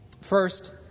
First